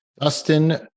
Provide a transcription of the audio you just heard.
Dustin